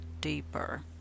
deeper